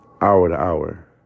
hour-to-hour